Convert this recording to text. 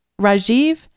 Rajiv